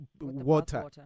water